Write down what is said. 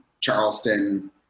Charleston